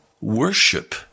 worship